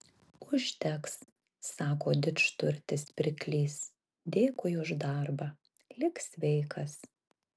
užteks sako didžturtis pirklys dėkui už darbą lik sveikas